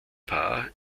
paar